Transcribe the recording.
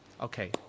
Okay